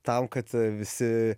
tam kad visi